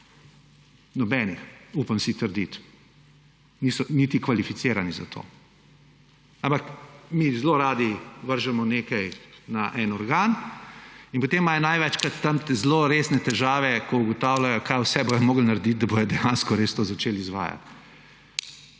Nobenih. Upam si trditi. Niso niti kvalificirani za to. Ampak mi zelo radi vržemo nekaj na en organ in potem imajo največkrat tam zelo resne težave, ko ugotavljajo, kaj vse bodo morali narediti, da bodo dejansko res to začeli izvajati.